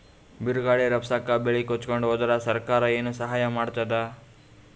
ಬಿರುಗಾಳಿ ರಭಸಕ್ಕೆ ಬೆಳೆ ಕೊಚ್ಚಿಹೋದರ ಸರಕಾರ ಏನು ಸಹಾಯ ಮಾಡತ್ತದ?